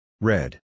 Red